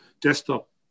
desktop